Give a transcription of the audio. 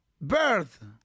birth